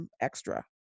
extra